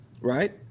Right